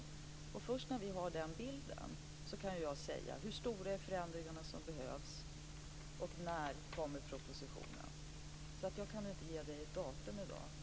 Först när vi har den bilden kan jag säga hur stora de förändringar är som behövs och när propositionen kommer. Jag kan inte ange ett datum i dag.